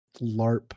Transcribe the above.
LARP